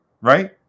right